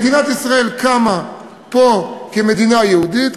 מדינת ישראל קמה פה כמדינה יהודית,